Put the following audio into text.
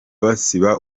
basiba